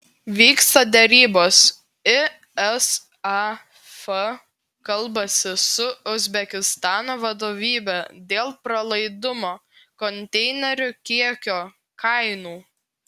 vyksta derybos isaf kalbasi su uzbekistano vadovybe dėl pralaidumo konteinerių kiekio kainų